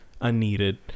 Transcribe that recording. unneeded